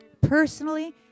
Personally